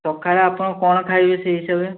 ସକାଳେ ଆପଣ କ'ଣ ଖାଇବେ ସେହି ହିସାବରେ